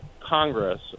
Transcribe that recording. Congress